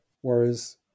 whereas